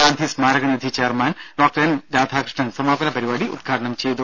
ഗാന്ധി സ്മാരകനിധി chairman doctor N Radhakrishnan സമാപന പരിപാടി ഉദ്ഘാടനം ചെയ്തു